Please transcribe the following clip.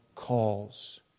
calls